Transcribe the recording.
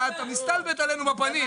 אתה מסתלבט עלינו בפנים.